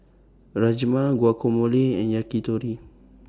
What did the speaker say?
Rajma Guacamole and Yakitori